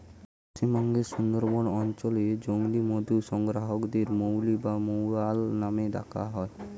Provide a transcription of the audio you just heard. পশ্চিমবঙ্গের সুন্দরবন অঞ্চলে জংলী মধু সংগ্রাহকদের মৌলি বা মৌয়াল নামে ডাকা হয়